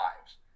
lives